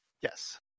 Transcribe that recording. Yes